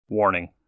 Warning